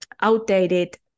outdated